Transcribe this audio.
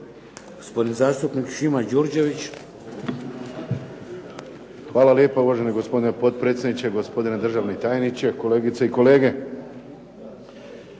Gospodin zastupnik Šimo Đurđević. **Đurđević, Šimo (HDZ)** Hvala lijepa. Uvaženi gospodine potpredsjedniče, gospodine državni tajniče, kolegice i kolege.